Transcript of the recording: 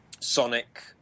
Sonic